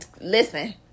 listen